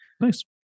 Nice